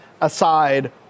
aside